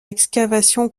excavation